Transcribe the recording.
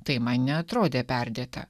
tai man neatrodė perdėta